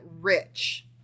rich